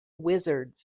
wizards